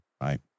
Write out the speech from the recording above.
right